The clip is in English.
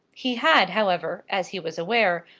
he had, however, as he was aware,